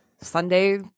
Sunday